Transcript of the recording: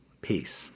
peace